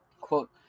Quote